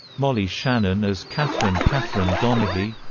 molly shannon as katherine catherine donaghy